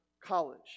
College